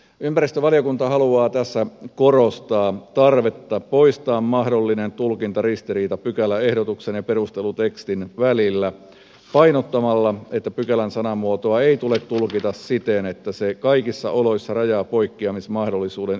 ympäristövaliokunta haluaa tässä korostaa tarvetta poistaa mahdollinen tulkintaristiriita pykäläehdotuksen ja perustelutekstin välillä painottamalla että pykälän sanamuotoa ei tule tulkita siten että se kaikissa oloissa rajaa poikkeamismahdollisuuden yhteen tuulivoimalaan